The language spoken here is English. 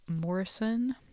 Morrison